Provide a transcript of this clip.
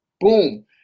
Boom